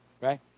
right